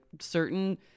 certain